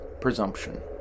presumption